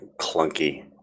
clunky